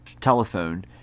telephone